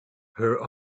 her